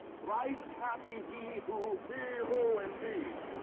thrice happy he who he who, indeed!